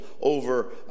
over